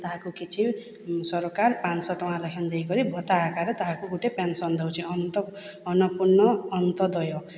ତାହାକୁ କିଛି ସରକାର ପାଞ୍ଚଶହ ଟଙ୍କା ଲେଖାଏଁ ଦେଇକରି ଭତ୍ତା ଆକାରରେ ଅନ୍ନପୂର୍ଣ୍ଣା ଅନ୍ତ୍ୟୋଦୟ